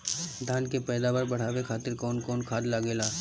धान के पैदावार बढ़ावे खातिर कौन खाद लागेला?